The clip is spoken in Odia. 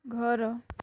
ଘର